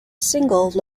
single